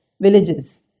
villages